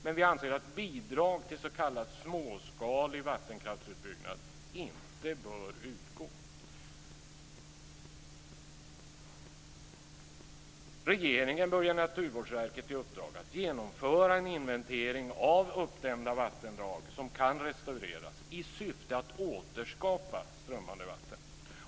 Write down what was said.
Men vi anser att bidrag till s.k. småskalig vattenkraftsutbyggnad inte bör utgå. Regeringen bör ge Naturvårdsverket i uppdrag att genomföra en inventering av uppdämda vattendrag som kan restaureras i syfte att återskapa strömmande vatten.